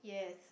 yes